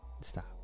stop